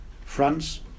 France